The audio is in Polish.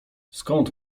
skąd